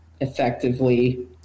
effectively